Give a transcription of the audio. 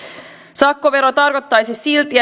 sakkovero tarkoittaisi silti